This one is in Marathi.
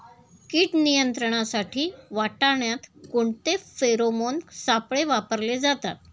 कीड नियंत्रणासाठी वाटाण्यात कोणते फेरोमोन सापळे वापरले जातात?